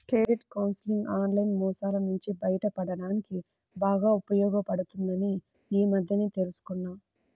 credit counselling online మోసాల నుంచి బయటపడడానికి బాగా ఉపయోగపడుతుందని ఈ మధ్యనే తెల్సుకున్నా